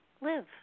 live